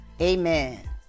amen